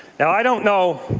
now, i don't know,